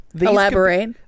Elaborate